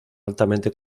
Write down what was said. altamente